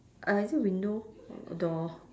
uh is it window or door